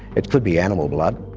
it could be animal blood.